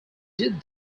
did